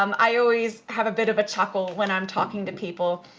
um i always have a bit of a chuckle when i'm talking to people,